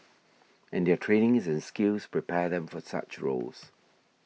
and their training and skills prepare them for such roles